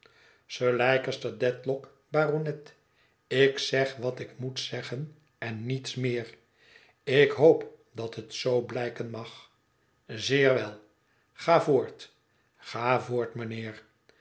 sir leicester dedlock baronet ik zeg wat ik moet zeggen en niets meer ik hoop dat het zoo blijken mag zeer wel ga voort ga voort mijnheer